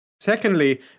secondly